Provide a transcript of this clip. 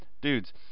Dudes